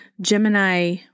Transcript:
gemini